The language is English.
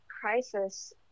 crisis